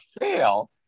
fail